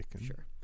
Sure